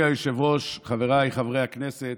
אדוני היושב-ראש, חבריי חברי הכנסת,